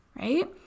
right